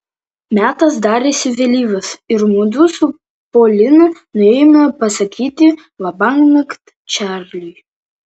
metas darėsi vėlyvas ir mudu su polina nuėjome pasakyti labanakt čarliui